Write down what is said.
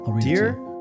Dear